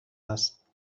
است